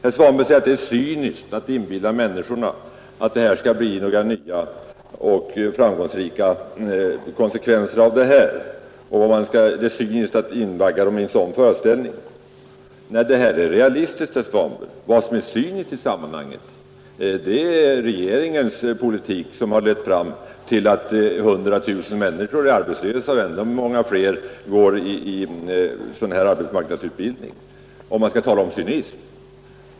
Herr Svanberg säger att det är cyniskt att inbilla människorna att det skall bli några nya, framgångsrika konsekvenser av detta; det skulle vara cyniskt att invagga människorna i en sådan föreställning. Nej, detta är realistiskt, herr Svanberg. Vad som är cyniskt i sammanhanget är regeringens politik som har lett fram till att 100 000 människor är arbetslösa och många fler går i arbetsmarknadsutbildning, om man nu skall tala om cynism.